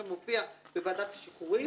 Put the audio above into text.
שנציג שלו מופיע בוועדת השחרורים